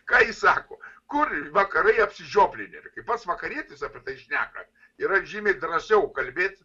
ką jis sako kur vakarai apsižioplinę yra kai pats vakarietis apie tai šneka yra žymiai drąsiau kalbėt